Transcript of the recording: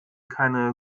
keine